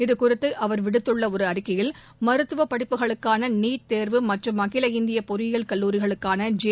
இதுகுறித்து அவர் விடுத்துள்ள ஒரு அறிக்கையில் மருத்துவ படிப்புகளுக்கான நீட் தேர்வு மற்றும் அகில இந்திய பொறியியல் கல்லூரிகளுக்கான ஜே